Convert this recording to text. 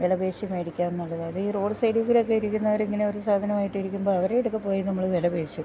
വില പേശി മേടിക്കാന്നുള്ളത് അത് ഈ റോഡ് സൈഡി കൂടെ ഇരിക്ക്ന്നവരിങ്ങനെ ഒര് സാധനായിട്ടിരിക്കുമ്പ അവരട്ക്ക പോയി നമ്മള് വില പേശു